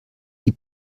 die